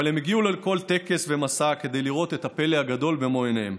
אבל הם הגיעו לכל טקס ומסע כדי לראות את הפלא הגדול במו עיניהם.